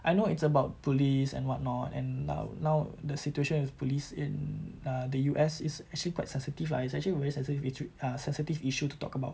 I know it's about bullies and what not and now now the situation with the police in the U_S is actually quite sensitive lah it's actually very as if it's a sensitive issue to talk about